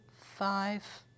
five